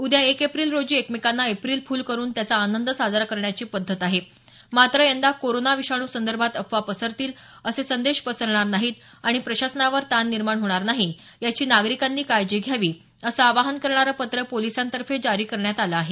उद्या एक एप्रिल रोजी एकमेकांना एप्रिल फूल करुन त्याचा आनंद साजरा करण्याची पद्धत आहे मात्र यंदा कोरोना विषाणू संदर्भात अफवा पसरतील असे संदेश पसरणार नाहीत आणि प्रशासनावर ताण निर्माण होणार नाही याची नागरिकांनी काळजी घ्यावी असं आवाहन करणारं पत्र पोलिसांतर्फे जारी करण्यात आलं आहे